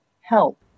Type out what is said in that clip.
help